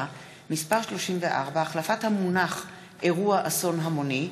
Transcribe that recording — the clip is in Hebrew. (מס' 34) (החלפת המונח אירוע אסון המוני),